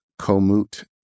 Komoot